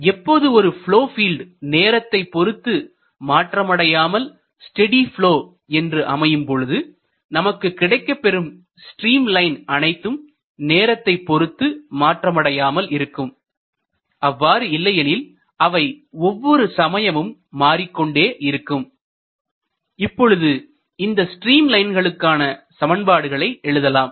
எப்பொழுது ஒரு flow field நேரத்தைப் பொறுத்து மாற்றமடையாமல் ஸ்டெடி ப்லொவ் என்று அமையும் பொழுது நமக்கு கிடைக்கப் பெறும் ஸ்ட்ரீம் லைன் அனைத்தும் நேரத்தைப் பொறுத்து மாற்றமடையாமல் இருக்கும் அவ்வாறு இல்லையெனில் அவை ஒவ்வொரு சமயமும் மாறிக்கொண்டே இருக்கும் இப்பொழுது இந்த ஸ்ட்ரீம் லைன்களுக்கான சமன்பாடுகளை எழுதலாம்